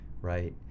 right